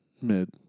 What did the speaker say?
Mid